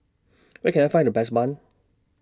Where Can I Find The Best Bun